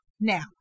now